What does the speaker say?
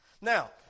Now